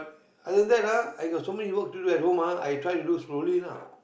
other than that ah I got so many work to do at home ah I try to do slowly lah